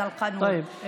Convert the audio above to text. טייב.